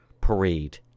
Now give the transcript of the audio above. parade